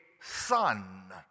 son